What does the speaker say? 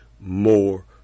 more